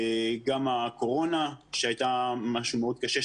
גם הקורונה שהייתה ממשהו מאוד קשה,